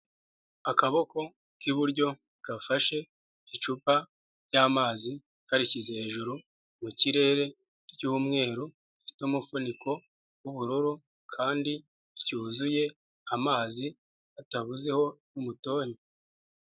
Akaboko k'iburyo gafashe icupa ry'amazi karishyize hejuru mu kirere, ry'umweru rifite umufuniko w'ubururu kandi cyuzuye amazi atabuzeho umutoni.